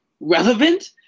relevant